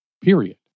period